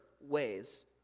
ways